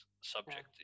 subject